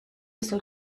soll